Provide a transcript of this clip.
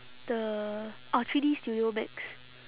the oh three D studio max